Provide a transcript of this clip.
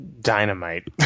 Dynamite